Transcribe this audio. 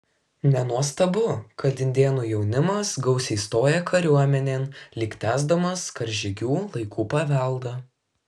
nenuostabu kad indėnų jaunimas gausiai stoja kariuomenėn lyg tęsdamas karžygių laikų paveldą